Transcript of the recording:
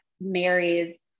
marries